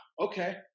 okay